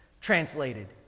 translated